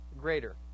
greater